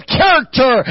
character